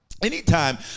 Anytime